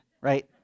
right